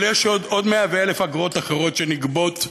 אבל יש עוד 100,000 אגרות אחרות שנגבות,